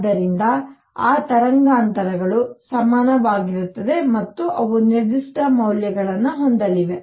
ಆದ್ದರಿಂದ ಆ ತರಂಗಾಂತರಗಳು ಸಮಾನವಾಗಿರುತ್ತವೆ ಮತ್ತು ಅವು ನಿರ್ದಿಷ್ಟ ಮೌಲ್ಯಗಳನ್ನು ಹೊಂದಲಿವೆ